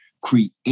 create